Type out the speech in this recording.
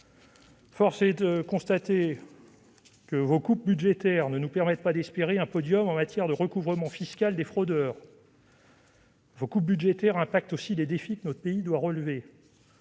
Force est de constater que vos coupes budgétaires ne nous permettent pas d'espérer de figurer sur le podium en matière de recouvrement fiscal des fraudeurs. Vos coupes budgétaires ont aussi des effets sur les défis que notre pays doit relever.